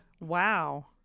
Wow